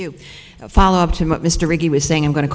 you followed him up mr mcgee was saying i'm going to